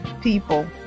people